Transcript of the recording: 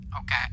Okay